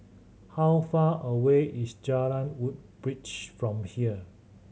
how far away is Jalan Woodbridge from here